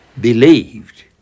believed